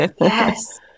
yes